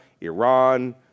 Iran